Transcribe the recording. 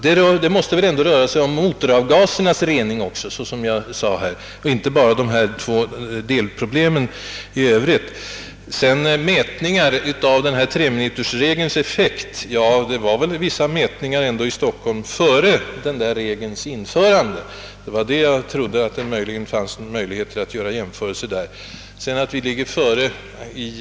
Det måste väl då röra sig också om själva motoravgasernas rening och inte bara om de två delproblem jag tidigare nämnde? Jag trodde att det förekom vissa mätningar före treminutersregelns införande i Stockholm och att det därför fanns möjlighet att nu göra jämförelser mellan förr och nu. Så är det tydligen inte.